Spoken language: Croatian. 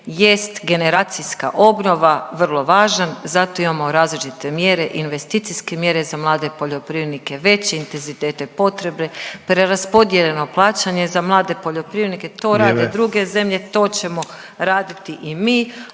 jest generacijska obnova, vrlo važan, zato imamo različite mjere i investicijske mjere za mlade poljoprivrednike, veći intenzitete potrebe, preraspodijeljeno plaćanje za mlade poljoprivrednike, to rade druge … .../Upadica: